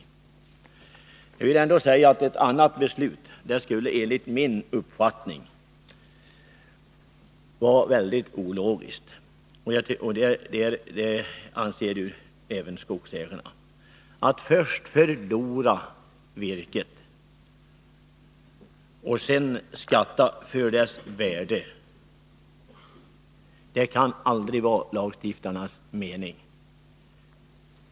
Ett annat beslut än det som jag här har talat för skulle enligt min och skogsägarnas mening vara mycket ologiskt: att först förlora virket och sedan skatta för dess värde kan aldrig vara i överensstämmelse med lagstiftarnas mening.